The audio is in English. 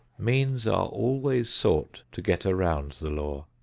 means are always sought to get around the law.